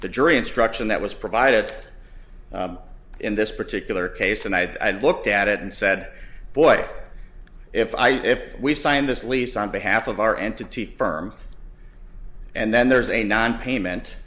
the jury instruction that was provided in this particular case and i looked at it and said boy if i if we sign this lease on behalf of our entity firm and then there's a non payment